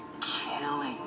killing